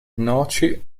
noci